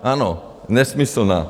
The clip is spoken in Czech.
Ano, nesmyslná!